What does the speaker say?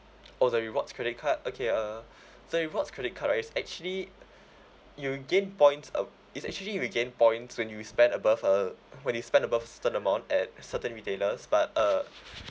oh the rewards credit card okay uh the rewards credit card right it's actually you gain points uh it's actually you gain points when you spend above uh when you spend above certain amount at certain retailers but uh